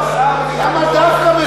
למה דווקא בשבת?